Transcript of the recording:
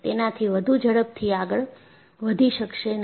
તેનાથી વધુ ઝડપથી આગળ વધી શકાશે નહીં